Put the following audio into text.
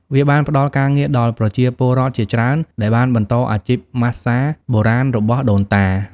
វាបានផ្តល់ការងារដល់ប្រជាពលរដ្ឋជាច្រើនដែលបានបន្តអាជីពម៉ាស្សាបុរាណរបស់ដូនតា។